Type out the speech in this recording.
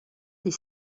des